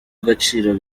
agaciro